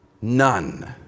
None